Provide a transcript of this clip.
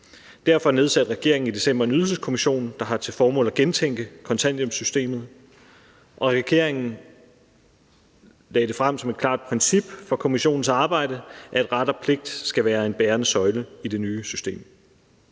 Derfor nedsatte regeringen i december en Ydelseskommission, der har til formål at gentænke kontanthjælpssystemet, og regeringen lagde frem som et klart princip for kommissionens arbejde, at ret og pligt skal være en bærende søjle i det nye system.